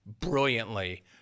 brilliantly